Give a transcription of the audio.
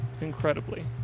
Incredibly